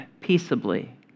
peaceably